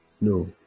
No